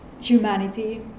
humanity